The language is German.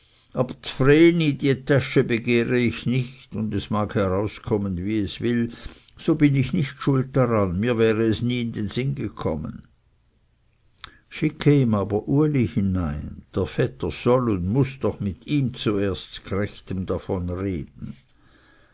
täsche begehre ich nicht und es mag herauskommen wie es will so bin ich nicht schuld daran mir wäre es nie in sinn gekommen schicke ihm aber uli hinein er soll und muß doch mit ihm zuerst z'grechtem davon reden